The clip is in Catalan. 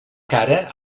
cara